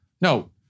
No